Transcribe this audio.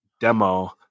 demo